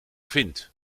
vindt